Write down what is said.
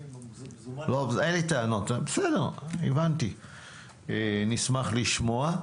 טוב, אין לי טענות, נשמח לשמוע.